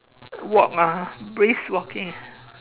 walk ah brisk walking